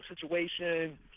situation